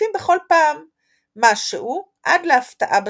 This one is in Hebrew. ומוסיפים בכל פעם משהו, עד להפתעה בסיום.